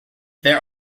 there